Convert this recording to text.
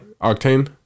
Octane